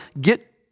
get